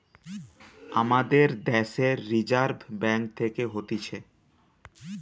আমাদের দ্যাশের reserve bank থাকে হতিছে